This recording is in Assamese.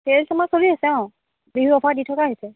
ছে'লছ্ আমাৰ চলি আছে অঁ বিহু অফাৰ দি থকা হৈছে